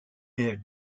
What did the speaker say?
ayr